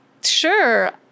sure